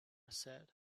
said